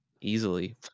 easily